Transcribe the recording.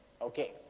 Okay